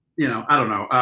you know, i don't know.